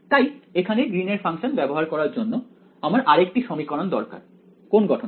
তাই এখানে গ্রীন এর ফাংশন ব্যবহার করার জন্য আমার আরেকটি সমীকরণ দরকার কোন গঠনের